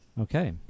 Okay